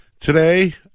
today